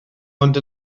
ond